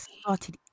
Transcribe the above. started